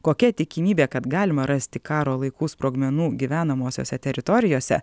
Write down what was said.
kokia tikimybė kad galima rasti karo laikų sprogmenų gyvenamosiose teritorijose